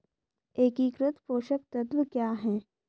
एकीकृत पोषक तत्व क्या है?